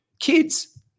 Kids